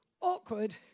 awkward